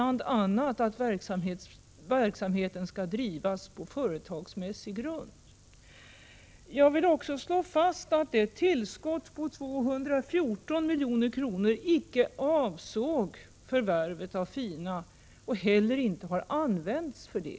a. sägs det att verksamheten skall drivas på företagsmässig grund. Vidare vill jag slå fast att tillskottet på 214 milj.kr. icke avsåg förvärvet av Fina och inte heller har använts därtill.